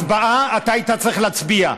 הצבעה, אתה היית צריך להצביע.